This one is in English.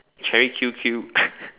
cherry Q_Q